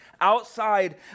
outside